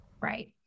Right